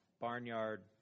barnyard